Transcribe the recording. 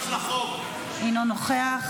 אינו נוכח.